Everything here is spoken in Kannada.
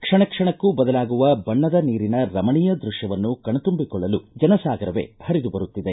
ಕ್ಷಣ ಕ್ಷಣಕ್ಕೂ ಬದಲಾಗುವ ಬಣ್ಣದ ನೀರಿನ ರಮಣೀಯ ದೃಶ್ಯವನ್ನು ಕಣ್ತುಂಬಿಕೊಳ್ಳಲು ಜನಸಾಗರವೇ ಹರಿದು ಬರುತ್ತಿದೆ